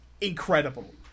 incredible